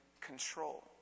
control